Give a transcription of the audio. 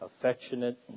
affectionate